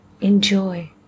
enjoy